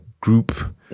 group